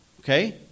Okay